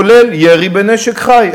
כולל ירי בנשק חי.